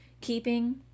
keeping